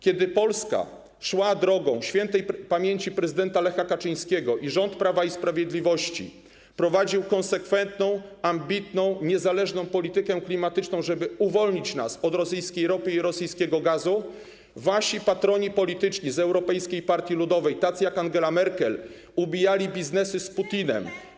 Kiedy Polska szła drogą śp. prezydenta Lecha Kaczyńskiego i rząd Prawa i Sprawiedliwości prowadził konsekwentną, ambitną, niezależną politykę klimatyczną, żeby uwolnić nas od rosyjskiej ropy i rosyjskiego gazu, wasi patroni polityczni z Europejskiej Partii Ludowej, tacy jak Angela Merkel, ubijali biznesy z Putinem.